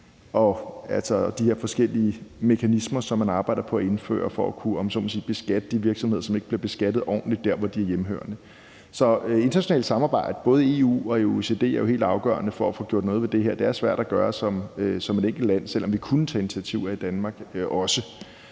de her forskellige mekanismer, som man arbejder på at indføre for at kunne, om man så må sige, beskatte de virksomheder, som ikke bliver beskattet ordentligt der, hvor de er hjemmehørende. Så internationalt samarbejde, både i EU og i OECD, er jo helt afgørende for at få gjort noget ved det her. Det er svært at gøre som et enkelt land, selv om vi også kunne tage initiativer i Danmark.